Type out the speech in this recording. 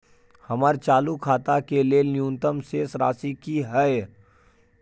हमर चालू खाता के लेल न्यूनतम शेष राशि की हय?